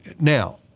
now